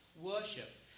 worship